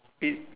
it